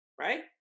right